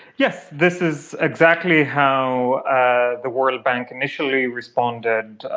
yes, this is exactly how ah the world bank initially responded.